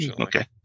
Okay